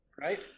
right